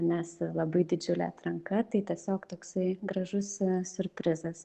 nes labai didžiulė atranka tai tiesiog toksai gražus siurprizas